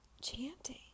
chanting